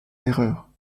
l’erreur